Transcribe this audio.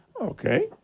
Okay